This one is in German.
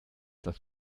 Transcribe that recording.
das